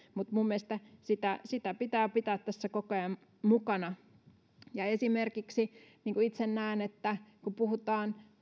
mutta minun mielestäni sitä sitä pitää pitää tässä koko ajan mukana esimerkiksi itse näen että kun puhutaan